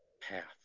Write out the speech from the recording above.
path